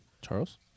Charles